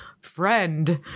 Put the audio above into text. friend